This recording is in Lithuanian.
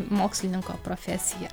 mokslininko profesiją